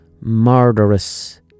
murderous